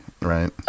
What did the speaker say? right